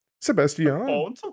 Sebastian